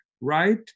right